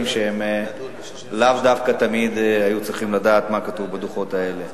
שהם לאו דווקא תמיד היו צריכים לדעת מה כתוב בדוחות האלה.